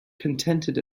contented